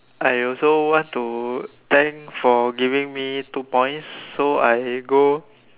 I also want to thank for giving me two points so I go